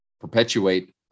perpetuate